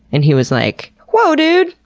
and he was like, whoa dude!